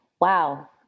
wow